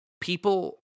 people